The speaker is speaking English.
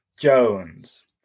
Jones